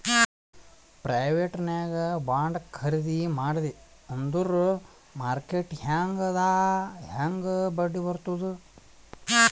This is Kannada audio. ಪ್ರೈವೇಟ್ ನಾಗ್ ಬಾಂಡ್ ಖರ್ದಿ ಮಾಡಿದಿ ಅಂದುರ್ ಮಾರ್ಕೆಟ್ ಹ್ಯಾಂಗ್ ಅದಾ ಹಾಂಗ್ ಬಡ್ಡಿ ಬರ್ತುದ್